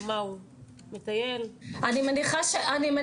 אני לא